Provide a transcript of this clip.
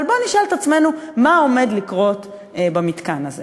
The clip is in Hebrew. אבל בואו נשאל את עצמנו מה עומד לקרות במתקן הזה.